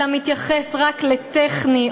אלא מתייחס רק לטכני,